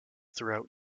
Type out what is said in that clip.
throughout